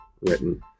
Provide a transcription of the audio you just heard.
written